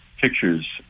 pictures